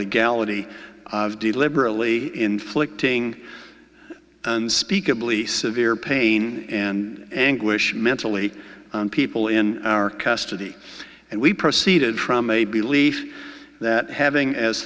legality of deliberately inflicting unspeakably severe pain and anguish mentally on people in our custody and we proceeded from a belief that having as